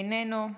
איננו,